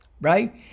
right